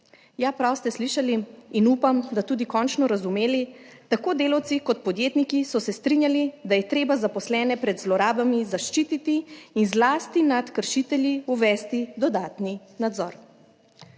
Ja, prav ste slišali in upam, da tudi končno razumeli. Tako delavci kot podjetniki so se strinjali, da je treba zaposlene pred zlorabami zaščititi in zlasti nad kršitelji uvesti dodatni nadzor.